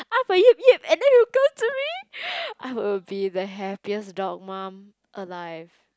Appa yip yip and then it will come to me I will be the happiest dog mum alive